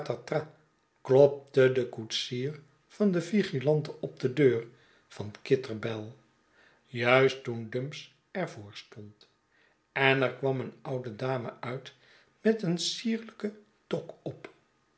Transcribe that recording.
klopte de koetsier van een vigilante op de deur van kitterbell juist toen dumps er voor stond en er kwam een oude dame uit met een sierlijke toque op